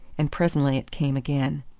and presently it came again.